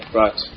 right